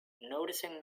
noticing